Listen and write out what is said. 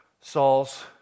Saul's